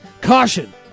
Caution